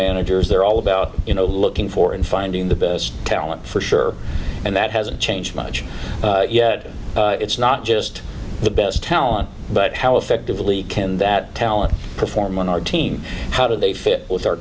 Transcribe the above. managers they're all about you know looking for and finding the best talent for sure and that hasn't changed much yet it's not just the best talent but how effectively can that talent perform on our team how do they fit with our